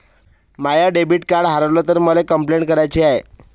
माय debit card हारवल तर मले कंपलेंट कराची हाय